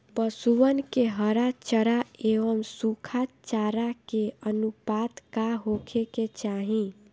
पशुअन के हरा चरा एंव सुखा चारा के अनुपात का होखे के चाही?